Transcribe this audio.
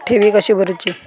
ठेवी कशी भरूची?